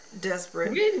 desperate